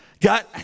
God